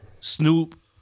Snoop